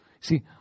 See